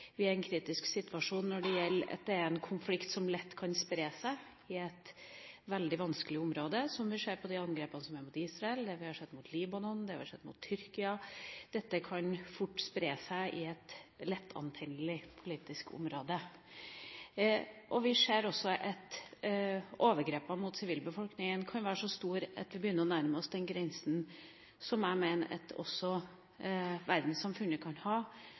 Vi er i en kritisk situasjon når det gjelder at det er en konflikt som lett kan spre seg i et veldig vanskelig område, som vi ser på de angrepene som er mot Israel, det vi har sett mot Libanon, det vi har sett mot Tyrkia. Dette kan fort spre seg i et lettantennelig politisk område. Vi ser også at overgrepene mot sivilbefolkninga kan være så store at vi begynner å nærme oss den grensa som jeg mener at også verdenssamfunnet kan ha